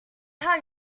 how